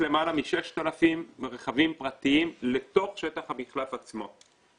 למעלה מ-6,000 רכבים פרטיים לתוך שטח המחלף עצמו.